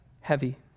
heavy